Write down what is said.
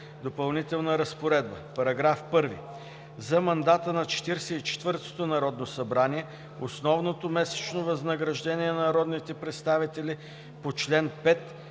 „Допълнителна разпоредба: „§ 1. За мандата на 44-то Народно събрание основното месечно възнаграждение на народните представители по чл. 5